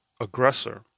aggressor